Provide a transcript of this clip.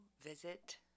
visit